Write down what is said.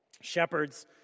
shepherds